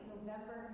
November